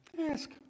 Ask